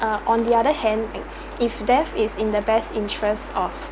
uh on the other hand if death is in the best interests of